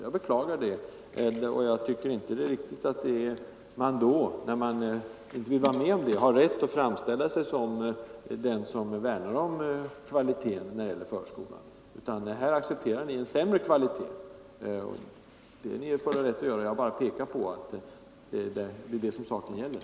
Jag beklagar det och jag tycker inte att den som inte vill vara med om detta har rätt att framställa sig som den som värnar om kvalitet i fråga om förskolan. Här accepterar ni en sämre kvalitet. Det är ni i er fulla rätt att göra — jag bara pekar på vad saken gäller.